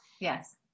Yes